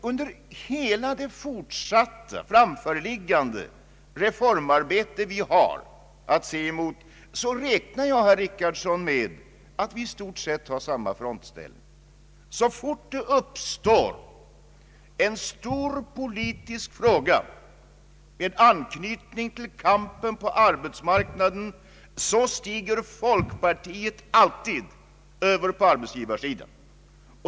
Under hela det fortsatta reformarbete som vi har att se fram emot räknar jag, herr Richardson, med att vi i stort sett har samma frontställning. Så snart det uppstår en stor politisk fråga med anknytning till kampen på arbetsmarknaden, stiger folkpartiet alltid över på arbetsgivarsidan.